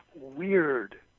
weird